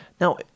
Now